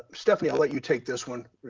but stephanie, i'll let you take this one.